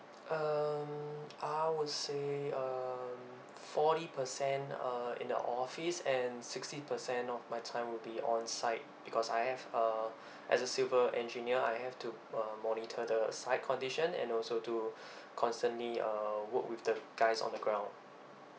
um I would say um forty percent uh in the office and sixty percent of my time would be on site because I have uh as a civil engineer I have to uh monitor the site condition and also to constantly uh work with the guys on the ground